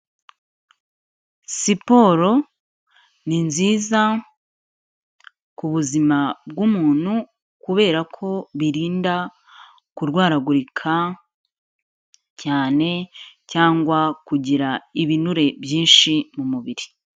Siporo ni nziza ku buzima bw'umuntu kubera ko birinda kurwaragurika cyane cyangwa kugira ibinure byinshi mu mubiri.